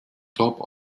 top